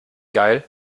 geil